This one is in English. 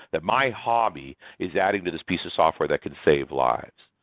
that my hobby is adding to this piece of software that can save lives.